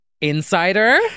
Insider